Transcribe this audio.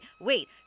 wait